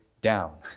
down